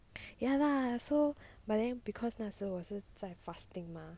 ya lah so but then because 那时我是在 fasting mah so like